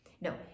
no